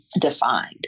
defined